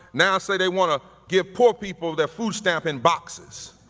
now say they want to give poor people their food stamp in boxes,